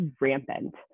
rampant